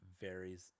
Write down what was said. varies